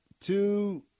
two